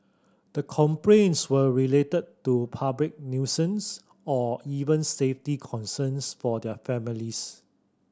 the complaints were related to public nuisance or even safety concerns for their families